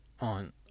on